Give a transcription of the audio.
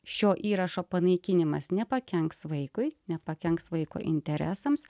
šio įrašo panaikinimas nepakenks vaikui nepakenks vaiko interesams